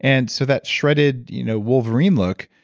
and so that shredded you know wolverine look,